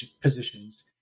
positions